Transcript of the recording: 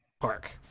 Park